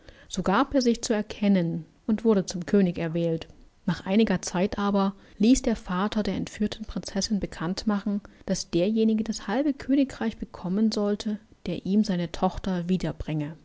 so gab er sich zu erkennen und wurde zum könig erwählt nach einiger zeit aber ließ der vater der entführten prinzessin bekannt machen daß derjenige das halbe königreich bekommen sollte der ihm seine tochter